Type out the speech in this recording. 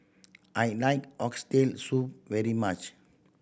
I like Oxtail Soup very much